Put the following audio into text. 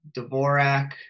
Dvorak